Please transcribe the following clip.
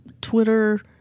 twitter